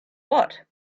what